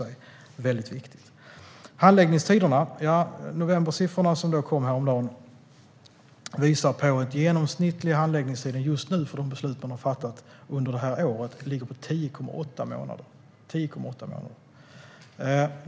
När det gäller handläggningstiderna visar novembersiffrorna som kom häromdagen att genomsnittlig handläggningstid just nu för de beslut man har fattat under året ligger på 10,8 månader.